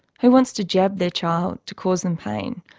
who wants to jab their child to cause them pain?